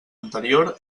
anterior